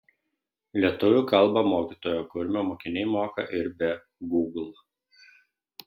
lietuvių kalbą mokytojo kurmio mokiniai moka ir be gūgl